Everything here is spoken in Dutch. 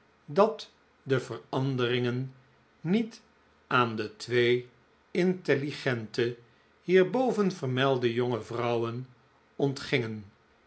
dat de veranderingen niet aan de twee intelligente hierboven vermeldde jonge vrouwen ontgingen